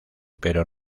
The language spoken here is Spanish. pero